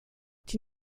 die